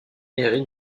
eric